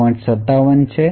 57 છે